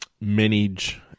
manage